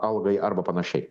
algai arba panašiai